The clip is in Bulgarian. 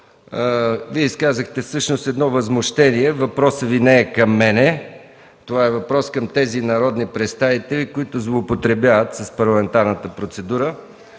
Вие изказахте всъщност едно възмущение. Въпросът Ви не е към мен, това е въпрос към тези народни представители, които злоупотребяват с парламентарната процедура.